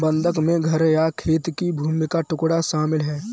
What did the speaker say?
बंधक में घर या खेत की भूमि का टुकड़ा शामिल है